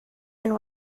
and